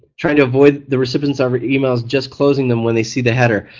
trying to avoid the recipients of the email just closing them when they see the header.